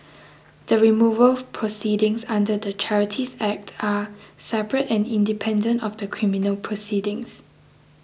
the removal proceedings under the Charities Act are separate and independent of the criminal proceedings